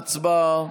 הצבעה.